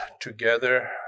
together